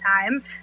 time